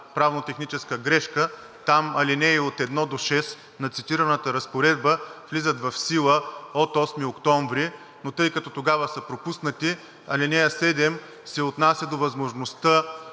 правно-техническа грешка. Там алинеи от 1 до 6 на цитираната разпоредба влизат в сила от 8 октомври, но тъй като тогава са пропуснати, ал. 7 се отнася до възможността